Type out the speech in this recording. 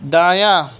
دایاں